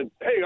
hey